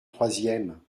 troisièmes